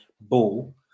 ball